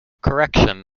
correction